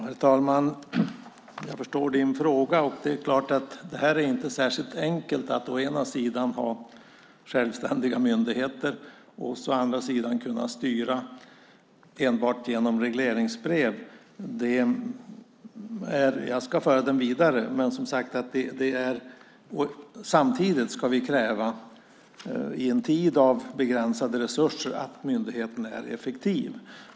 Herr talman! Jag förstår Kent Perssons fråga. Det är klart att det inte är särskilt enkelt att å ena sidan ha självständiga myndigheter och att å andra sidan kunna styra enbart genom regleringsbrev. Jag ska föra frågan vidare. Samtidigt ska vi kräva, i en tid av begränsade resurser, att myndigheten är effektiv.